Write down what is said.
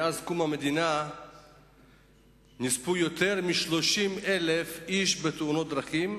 מאז קום המדינה נספו יותר מ-30,000 איש בתאונות דרכים,